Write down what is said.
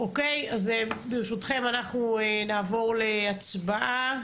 אז ברשותכם, אנחנו נעבור להצבעה.